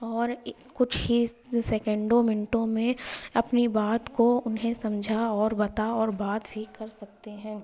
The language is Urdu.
اور کچھ ہی سیکنڈوں منٹوں میں اپنی بات کو انہیں سمجھا اور بتا اور بات بھی کر سکتے ہیں